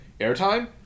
airtime